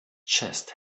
chest